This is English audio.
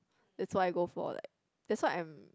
that's why I go for like that's why I'm